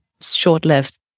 short-lived